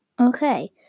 Okay